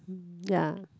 mm ya